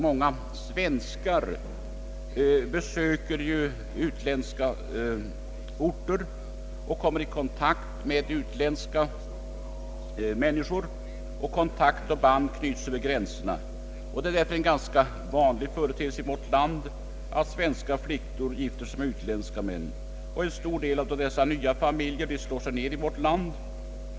Många svenskar besöker utländska orter och många kontakter knyts över gränserna. Det är därför en ganska vanlig företeelse att svenska flickor gifter sig med utländska män. En stor del av dessa nya familjer slår sig ner i vårt land.